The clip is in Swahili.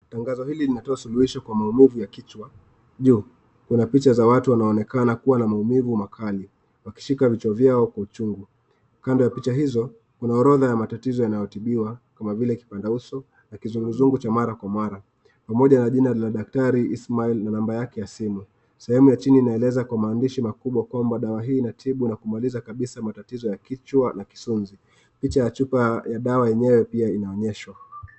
Tangazo hili linatoa suluhisho kwa maaumivu ya kichwa. Kuna picha za watu wanaoonekana kuwa na maumivu makali wakishika vichwa vyao kwa uchungu. Kando ya picha hizo kuna orodha ya matatizo yanayotibiwa kama vilekipanda uso na kizunguzungu cha mara kwa mara pamoja na jina la daktari Ismael na number yake ya simu. Sehemu ya chini inaeleza kwa maandishi makubwa kuwa dawa hii inatibu nakumaliza kabisa matazizo ya kuumwa na kichwa na kisunzi. Picha ya chupa ya dawa yenyewe pia inaonyeshwa.